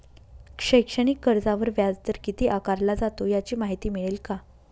शैक्षणिक कर्जावर व्याजदर किती आकारला जातो? याची माहिती मिळेल का?